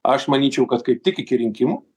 aš manyčiau kad kaip tik iki rinkimų